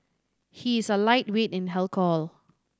he is a lightweight in alcohol